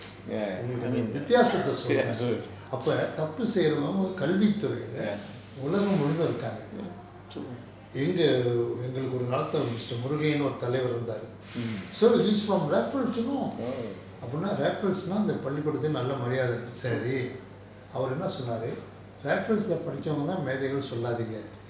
உங்களுக்கு அந்த வித்தியாசத்தை சொல்றேன் அப்ப தப்பு செய்றவங்க கல்வித்துறையில உலகம் முழுதும் இருக்காங்க எங்க:unkalukku antha vithiyaasathai solraen appa thappu seiravanga kalvithurayila ulakam muluthum irukaanga enga err எங்களுக்கு ஒரு காலத்துல:engalukku oru kaalathula mister murugai னு ஒரு தலைவர் இருந்தாரு:nu oru thalaivar irunthaaru so he is from raffles you know அப்படின்னா:appadinna raffles னா அந்த பள்ளிகூடத்துல நல்ல மரியாதை சரி அவரு என்ன சொன்னாரு:naa antha pallikoodathula nalla mariyaathai sari avaru enna sonnaru raffles leh படிச்சவங்க தான் மேதைகள்னு சொல்லாதீங்க:padichavanga thaan methaikalnu sollatheenga